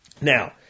Now